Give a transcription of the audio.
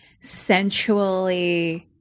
sensually